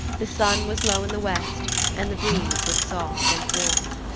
the sun was low in the west and the breeze was soft and warm.